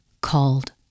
called